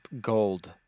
gold